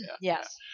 yes